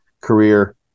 career